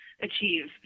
achieve